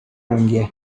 unghie